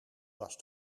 was